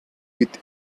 with